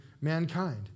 mankind